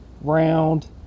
round